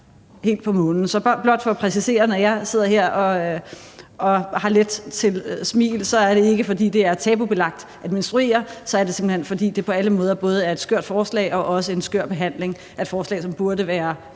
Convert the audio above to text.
helt på månen. Så blot for at præcisere: Når jeg sidder her og har let til smil, er det ikke, fordi det er tabubelagt at menstruere, men det er, simpelt hen fordi det på alle måder både er et skørt forslag og også en skør behandling af et forslag, som burde være